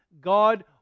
God